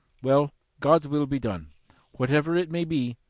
well, god's will be done whatever it may be,